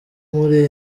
muri